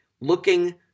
looking